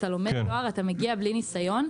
אתה לומר דבר, אתה מגיע בלי ניסיון.